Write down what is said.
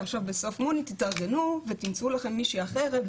אבל בסוף יוני תתארגנו ותמצאו לכם מישהי אחרת,